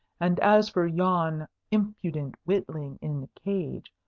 and as for yon impudent witling in the cage,